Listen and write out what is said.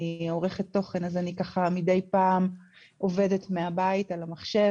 אני עורכת תוכן אז אני מדי פעם עובדת מהבית על המחשב.